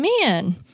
man –